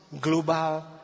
global